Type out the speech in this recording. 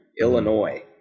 Illinois